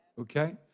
Okay